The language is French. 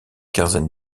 quinzaine